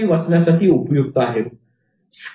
वाचण्यासाठी उपयुक्त आहे